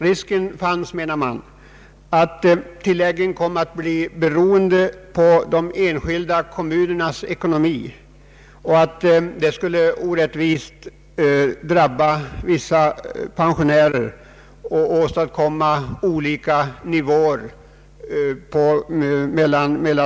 Risken fanns att tilläggen kom att bli beroende på de enskilda kommunernas ekonomi, varigenom olika nivåer skulle uppstå och vissa pensionärer drabbas orättvist härav.